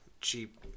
cheap